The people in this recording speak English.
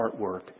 artwork